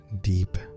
deep